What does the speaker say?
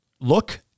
look